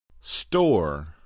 Store